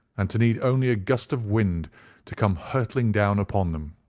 and to need only a gust of wind to come hurtling down upon them.